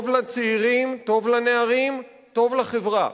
טוב לצעירים, טוב לנערים, טוב לחברה.